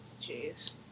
Jeez